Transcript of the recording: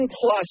plus